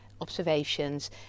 observations